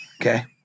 Okay